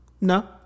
No